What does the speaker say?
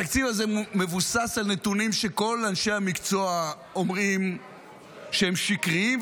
התקציב הזה מבוסס על נתונים שכל אנשי המקצוע אומרים שהם שקריים,